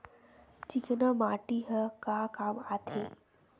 चिकना माटी ह का काम आथे?